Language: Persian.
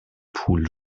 پول